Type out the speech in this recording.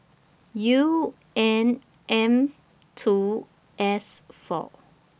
U N M two S four